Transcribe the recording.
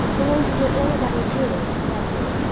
i want to hear all about your doings at redmond.